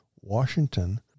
Washington